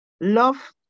love